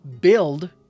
build